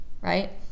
right